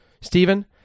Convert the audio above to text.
Stephen